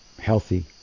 healthy